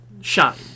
shine